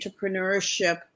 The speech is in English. entrepreneurship